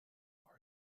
are